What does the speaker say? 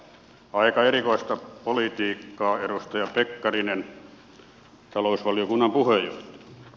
aika erikoista politiikkaa edustaja pekkarinen talousvaliokunnan puheenjohtaja